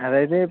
അതായത്